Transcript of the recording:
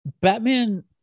Batman